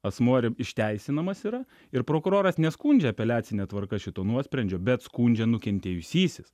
asmuo išteisinamas yra ir prokuroras neskundžia apeliacine tvarka šito nuosprendžio bet skundžia nukentėjusysis